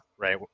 right